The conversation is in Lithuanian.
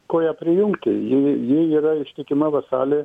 ko ją prijungti ji ji yra ištikima vasalė